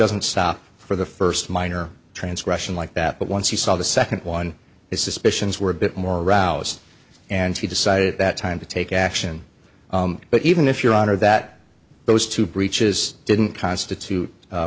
doesn't stop for the first minor transgression like that but once he saw the second one is suspicions were a bit more rouse and he decided at that time to take action but even if your honor that those two breaches didn't constitute